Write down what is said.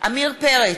עמיר פרץ,